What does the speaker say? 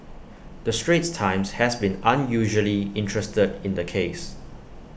the straits times has been unusually interested in the case